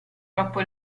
troppo